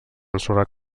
ensorrar